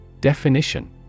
Definition